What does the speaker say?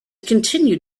continue